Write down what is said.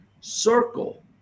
circle